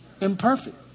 Imperfect